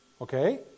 Okay